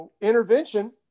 intervention